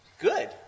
Good